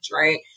right